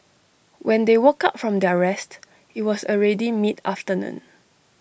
when they woke up from their rest IT was already mid afternoon